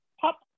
pop